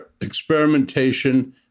experimentation